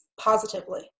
positively